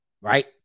Right